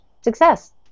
success